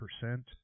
percent